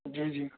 جی جی